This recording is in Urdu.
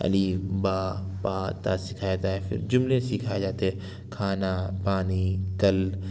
الف با با تا سکھایا جائے پھر جملے سکھائے جاتے ہیں کھانا پانی کل